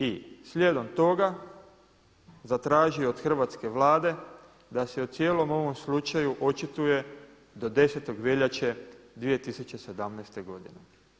I slijedom toga zatražio od hrvatske Vlade da se o cijelom ovom slučaju očituje do 10. veljače 2017. godine.